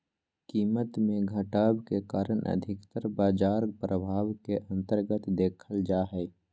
कीमत मे घटाव के कारण अधिकतर बाजार प्रभाव के अन्तर्गत देखल जा हय